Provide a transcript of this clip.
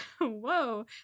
Whoa